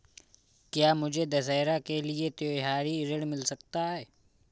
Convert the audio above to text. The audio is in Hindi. क्या मुझे दशहरा के लिए त्योहारी ऋण मिल सकता है?